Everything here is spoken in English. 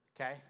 okay